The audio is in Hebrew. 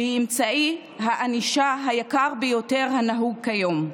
שהיא אמצעי הענישה היקר ביותר הנהוג כיום.